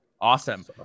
Awesome